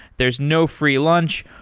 there's no free lunch.